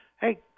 hey